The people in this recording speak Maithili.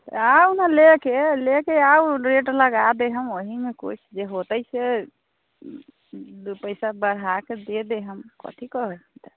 तऽ आउ ने लऽ कऽ लऽ कऽ आउ रेट लगा देब हम ओहिमे किछु जे होतै से दू पइसा बढ़ाकऽ दऽ देब हम कथी कहै